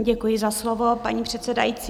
Děkuji za slovo, paní předsedající.